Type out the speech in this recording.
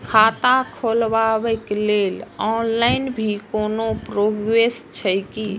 खाता खोलाबक लेल ऑनलाईन भी कोनो प्रोसेस छै की?